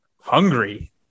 hungry